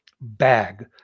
bag